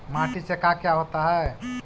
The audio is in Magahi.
माटी से का क्या होता है?